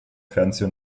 fernseh